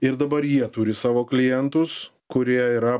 ir dabar jie turi savo klientus kurie yra